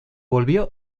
volvió